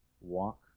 walk